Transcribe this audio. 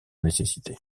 nécessité